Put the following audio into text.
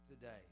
today